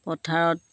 পথাৰত